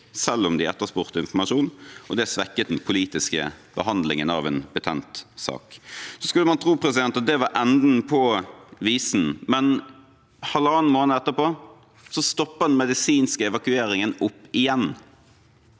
selv om de etterspurte informasjon, og det svekket den politiske behandlingen av en betent sak. Man skulle tro at det var enden på visen, men halvannen måned etterpå stoppet den medisinske evakueringen opp igjen.